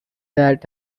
that